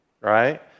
right